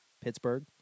Pittsburgh